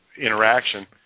interaction